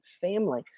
family